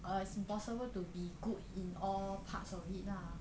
err it's impossible to be good in all parts of it lah